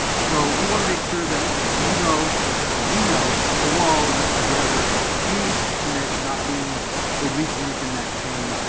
so, we want to make sure that you know that we know that we're all in this together, and that we commit to not being the weak link in that chain,